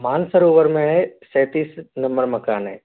मानसरोवर में है सैंतीस नंबर मकान है